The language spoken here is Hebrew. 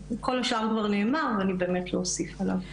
כל השאר כבר נאמר ואני באמת לא הוסיף עליו.